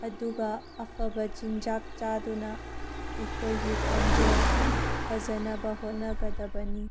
ꯑꯗꯨꯒ ꯑꯐꯕ ꯆꯤꯟꯖꯥꯛ ꯆꯥꯗꯨꯅ ꯑꯩꯈꯣꯏꯒꯤ ꯈꯣꯟꯖꯦꯜ ꯐꯖꯅꯕ ꯍꯣꯠꯅꯒꯗꯕꯅꯤ